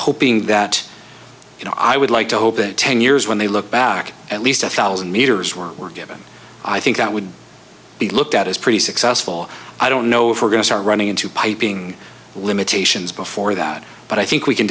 hoping that you know i would like to hope in ten years when they look back at least a thousand meters were working i think that would be looked at is pretty successful i don't know if we're going to start running into piping limitations before that but i think we can